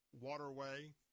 waterway